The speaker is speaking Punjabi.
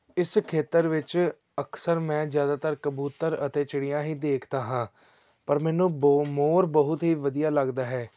ਇਸ ਖੇਤਰ ਵਿੱਚ ਅਕਸਰ ਮੈਂ ਜ਼ਿਆਦਾਤਰ ਕਬੂਤਰ ਅਤੇ ਚਿੜੀਆਂ ਹੀ ਦੇਖਦਾ ਹਾਂ ਪਰ ਮੈਨੂੰ ਬੋ ਮੋਰ ਬਹੁਤ ਹੀ ਵਧੀਆ ਲੱਗਦਾ ਹੈ